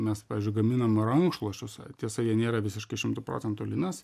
mes pavyzdžiui gaminam rankšluosčius ar tiesa jie nėra visiškai šimtu procentų linas